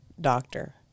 doctor